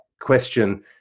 question